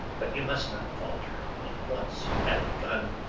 but you must not falter when once you have begun.